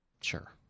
Sure